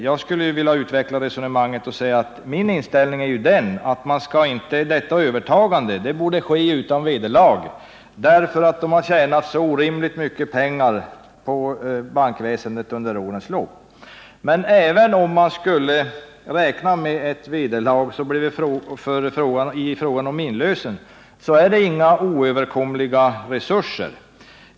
Jag skulle vilja utveckla resonemanget och säga: Detta övertagande borde ske utan vederlag eftersom bankerna tjänat så orimligt mycket pengar på bankväsendet under årens lopp. Men även om man skulle räkna med ett vederlag i fråga om inlösen så gäller det inte några oöverkomliga resurser.